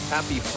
Happy